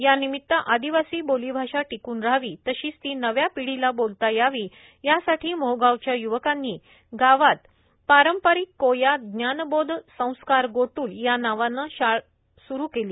यानिमित्त आदिवासी बोलीभाषा टिकून राहावी तशीच ती नव्या पिढीला बोलता यावी यासाठी मोहगावच्या य्वकांनी गावात पारंपरिक कोया ज्ञानबोध संस्कार गोट्ल या नावाने शाळा सुरु केली